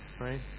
right